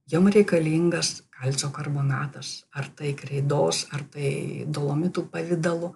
jom reikalingas kalcio karbonatas ar tai kreidos ar tai dolomitų pavidalu